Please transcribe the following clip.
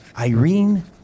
Irene